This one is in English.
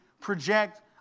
project